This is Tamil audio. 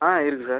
ஆ இருக்குது சார்